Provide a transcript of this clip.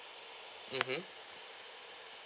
mmhmm